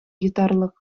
йотарлык